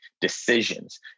decisions